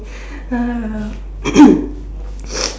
ah